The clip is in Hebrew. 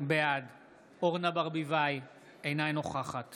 בעד אורנה ברביבאי, אינה נוכחת